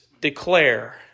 declare